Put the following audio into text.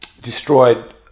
destroyed